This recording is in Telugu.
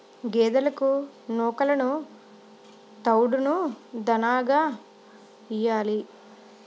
గేదెలకు నూకలును తవుడును దాణాగా యియ్యాలి